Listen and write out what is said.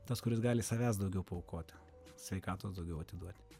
tas kuris gali savęs daugiau paaukoti sveikatos daugiau atiduoti